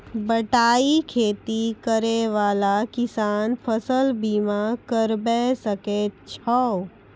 बटाई खेती करै वाला किसान फ़सल बीमा करबै सकै छौ?